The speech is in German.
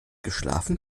geschlafen